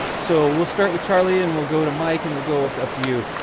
so we'll start with charlie and we'll go to mike and we'll go up to up to you,